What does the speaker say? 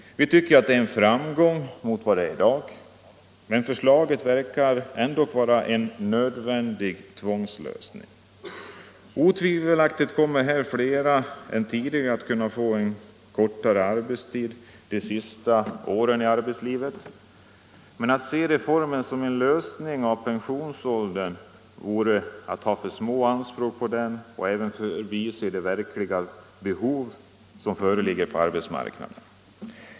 Vi tycker att det är en framgång i jämförelse med vad vi har i dag, men förslaget verkar ändock vara en tvångslösning. Otvivelaktigt kommer här flera än tidigare att kunna få en kortare arbetstid de sista åren i arbetslivet, men att se reformen som en lösning av pensionsåldersproblemet vore att ha alltför små anspråk och även att förbise de verkliga behov som föreligger på arbetsmarknaden.